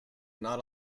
not